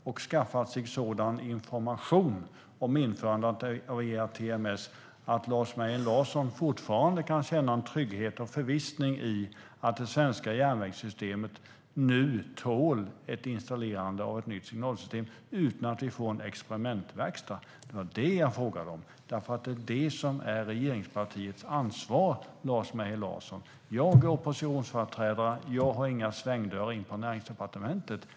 Har han då skaffat sig sådan information om införandet av ERTMS att han fortfarande kan känna trygghet och förvissning när det gäller att det svenska järnvägssystemet nu tål ett installerande av ett nytt signalsystem utan att vi får en experimentverkstad? Det var det jag frågade om, för det är det som är regeringspartiets ansvar, Lars Mejern Larsson. Jag är oppositionsföreträdare. Jag har inga svängdörrar in på Näringsdepartementet.